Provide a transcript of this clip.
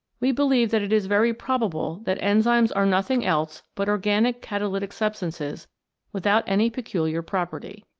we believe that it is very probable that enzymes are nothing else but organic catalytic substances without any peculiar property.